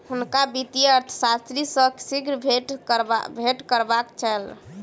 हुनका वित्तीय अर्थशास्त्री सॅ शीघ्र भेंट करबाक छल